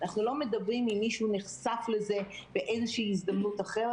אנחנו לא מדברים אם מישהו נחשף לזה באיזה הזדמנות אחרת,